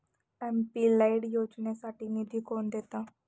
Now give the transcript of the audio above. MP LAD योजनेसाठी निधी कोण देतं?